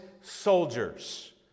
soldiers